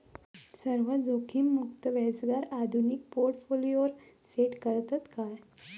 सर्व जोखीममुक्त व्याजदर आधुनिक पोर्टफोलियोवर सेट करतत काय?